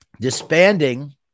Disbanding